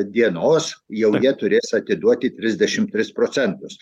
dienos jau jie turės atiduoti trisdešimt tris procentus